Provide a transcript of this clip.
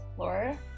Laura